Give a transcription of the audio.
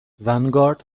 ونگارد